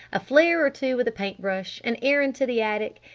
a flaire or two with a paint brush! an errand to the attic!